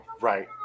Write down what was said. Right